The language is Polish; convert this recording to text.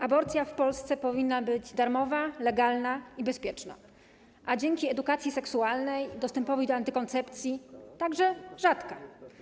Aborcja w Polsce powinna być darmowa, legalna i bezpieczna, a dzięki edukacji seksualnej i dostępowi do antykoncepcji - także rzadka.